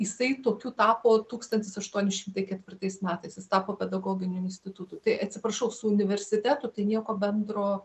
jisai tokiu tapo tūkstantis aštuoni šimtai ketvirtais metais jis tapo pedagoginiu institutu tai atsiprašau su universitetu tai nieko bendro